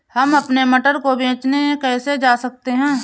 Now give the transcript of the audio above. हम अपने मटर को बेचने कैसे जा सकते हैं?